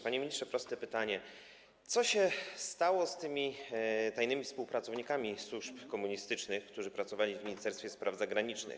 Panie ministrze, proste pytanie: Co się stało z tymi tajnymi współpracownikami służb komunistycznych, którzy pracowali w Ministerstwie Spraw Zagranicznych?